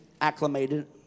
acclimated